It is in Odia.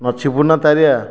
ନଛିପୁର ନା ତାରିଆ